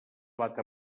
plat